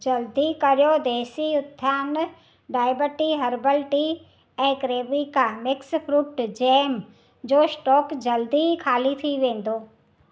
जल्दी कयो देसी उत्थान डायबटी हर्बल टी ऐं क्रेमिका मिक्स फ्रूट जैम जो स्टोक जल्द ई खाली थी वेंदो